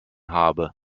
habe